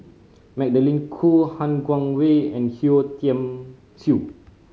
Magdalene Khoo Han Guangwei and Yeo Tiam Siew